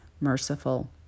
merciful